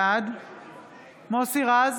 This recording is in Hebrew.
בעד מוסי רז,